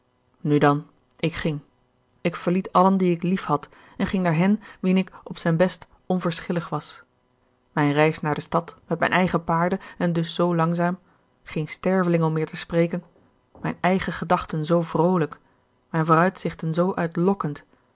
nu dan ik ging ik verliet allen die ik liefhad en ging naar hen wien ik op zijn best onverschillig was mijn reis naar de stad met mijn eigen paarden en dus zoo langzaam geen sterveling om meer te spreken mijn eigen gedachten zoo vroolijk mijne vooruitzichten zoo